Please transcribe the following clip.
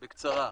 בקצרה.